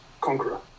conqueror